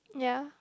ya